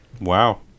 Wow